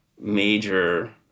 major